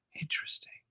Interesting